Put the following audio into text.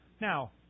Now